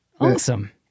Awesome